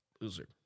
loser